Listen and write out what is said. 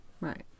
Right